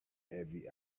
every